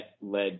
led